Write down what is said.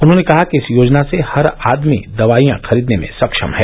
उन्होंने कहा कि इस योजना से हर आदमी दवाइयां खरीदने में सक्षम है